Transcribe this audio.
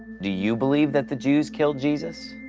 do you believe that the jews killed jesus?